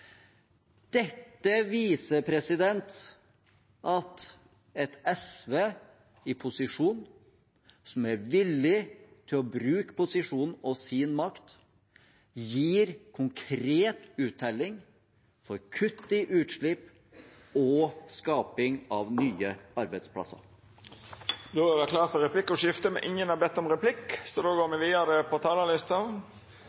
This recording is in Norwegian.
Dette viser at et SV i posisjon, som er villig til å bruke posisjonen og sin makt, gir konkret uttelling for kutt i utslipp og skaping av nye arbeidsplasser. Det vert replikkordskifte. Representanten Haltbrekken og resten av SV ønsker å kutte utslippene med 70 pst. innen 2030. Da